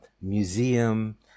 museum